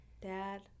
dad